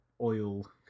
oil